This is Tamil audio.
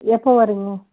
எப்போ வருவிங்க